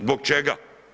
Zbog čega?